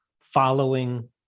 following